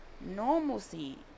normalcy